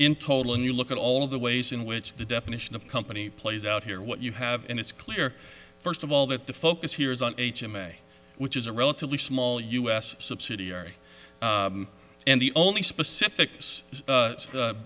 in total and you look at all the ways in which the definition of company plays out here what you have and it's clear first of all that the focus here is on h m a which is a relatively small u s subsidiary and the only specific